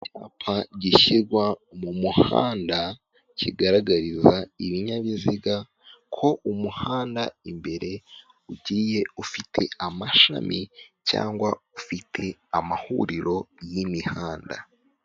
Icyapa gishyirwa mu muhanda kigaragariza ibinyabiziga ko umuhanda imbere ugiye ufite amashami cyangwa ufite amahuriro y'imihanda.